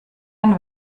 ein